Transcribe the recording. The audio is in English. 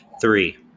Three